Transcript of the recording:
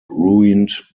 ruined